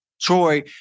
Troy